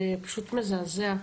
זה פשוט מזעזע.